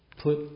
put